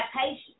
patience